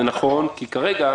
כרגע,